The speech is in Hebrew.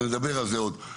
עוד נדבר על זה בהרכב,